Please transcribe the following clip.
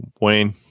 Wayne